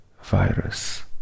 virus